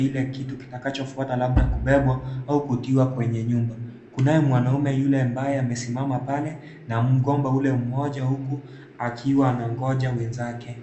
Ile kitu kitakacho fuata labda kubeba au kutiwa kwenye nyumba. Naye mwanaume yule ambaye amesimama pale na mgomba hule mmoja huku akin'goja wenzake.